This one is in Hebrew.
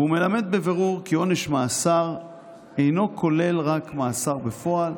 והוא מלמד בבירור כי עונש מאסר אינו כולל רק מאסר בפועל,